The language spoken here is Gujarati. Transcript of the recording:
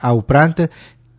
આ ઉપરાંત કે